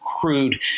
crude